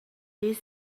this